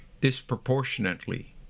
disproportionately